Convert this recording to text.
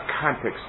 context